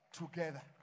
together